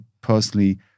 personally